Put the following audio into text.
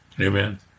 Amen